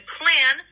plan